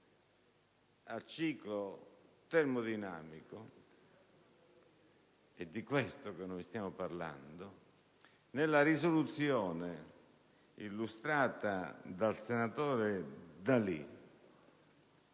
a ciclo termodinamico (è di questo che stiamo parlando), nella mozione illustrata dal senatore D'Alì